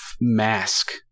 mask